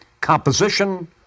composition